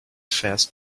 first